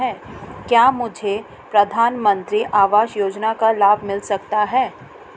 क्या मुझे प्रधानमंत्री आवास योजना का लाभ मिल सकता है?